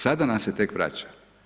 Sada nam se tek vraća.